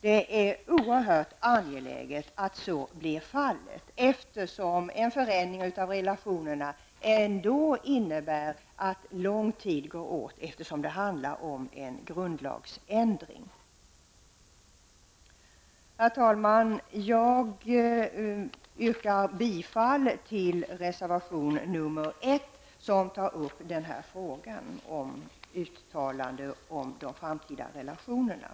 Det är oerhört angeläget att så blir fallet, eftersom en förändring av relationerna ändå innebär att lång tid går åt -- det handlar ju om en grundlagsändring. Herr talman! Jag yrkar bifall till reservation 1 som tar upp denna fråga om ett uttalande om de framtida relationerna.